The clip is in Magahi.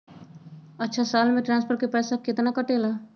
अछा साल मे ट्रांसफर के पैसा केतना कटेला?